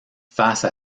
face